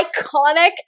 iconic